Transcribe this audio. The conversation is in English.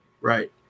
Right